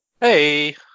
Hey